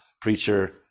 preacher